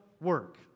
work